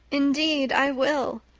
indeed i will,